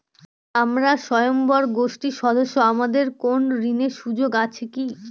আমরা স্বয়ম্ভর গোষ্ঠীর সদস্য আমাদের কোন ঋণের সুযোগ আছে কি?